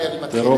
כנסת.